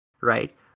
right